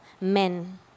men